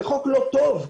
זה חוק לא טוב,